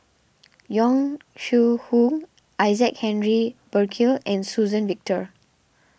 Yong Shu Hoong Isaac Henry Burkill and Suzann Victor